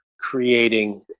creating